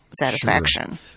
satisfaction